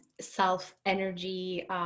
self-energy